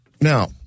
Now